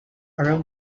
around